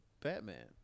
Batman